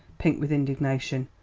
pink with indignation,